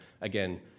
again